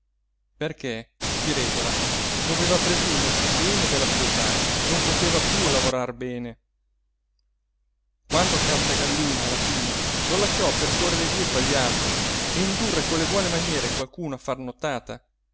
perché di regola doveva presumersi che uno della sua età non poteva piú lavorar bene quando cacciagallina alla fine lo lasciò per correre dietro agli altri e indurre con le buone maniere qualcuno a far nottata